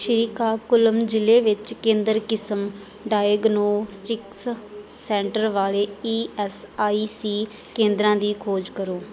ਸ਼੍ਰੀਕਾ ਕੁਲਮ ਜ਼ਿਲ੍ਹੇ ਵਿੱਚ ਕੇਂਦਰ ਕਿਸਮ ਡਾਇਗਨੌਸਟਿਕਸ ਸੈਂਟਰ ਵਾਲੇ ਈ ਐਸ ਆਈ ਸੀ ਕੇਂਦਰਾਂ ਦੀ ਖੋਜ ਕਰੋ